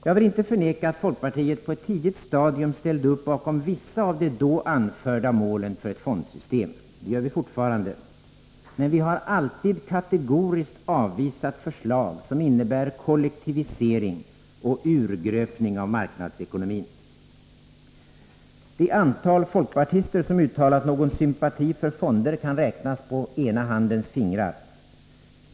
Jag vill ingalunda förneka att folkpartiet på ett tidigt stadium ställde upp bakom vissa av de då anförda målen för ett fondsystem. Det gör vi fortfarande. Men vi har alltid kategoriskt avvisat förslag som innebär kollektivisering och urgröpning av marknadsekonomin. Det antal folkpartister som uttalat någon sympati för fonder kan räknas på ena handens fingrar.